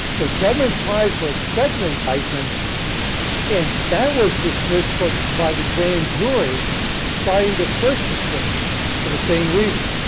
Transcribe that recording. the government tried for a second indictment and that was dismissed but by the grand jury citing the first dismissal for the same reason.